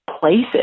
places